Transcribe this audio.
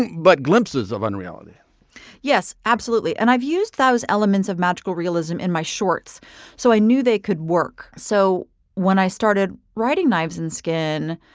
and but glimpses of unreality yes, absolutely. and i've used those elements of magical realism in my shorts so i knew they could work. so when i started writing knives and skin,